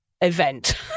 event